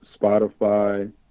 Spotify